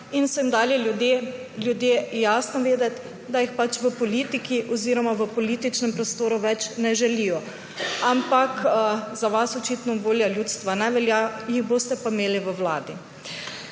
in so jim dali ljudje jasno vedeti, da jih pač v politiki oziroma v političnem prostoru ne želijo več. Ampak za vas očitno volja ljudstva ne velja, jih boste pa imeli v Vladi.